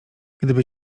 gdyby